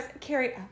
Carrie